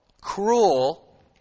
cruel